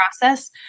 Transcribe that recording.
process